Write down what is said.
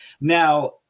Now